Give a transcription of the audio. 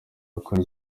gukora